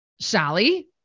Sally